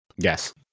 yes